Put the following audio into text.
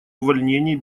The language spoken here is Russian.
увольнении